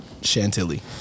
Chantilly